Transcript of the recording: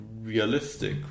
realistic